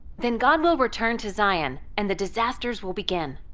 then god will return to zion and the disasters will begin.